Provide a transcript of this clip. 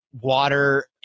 water